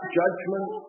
judgment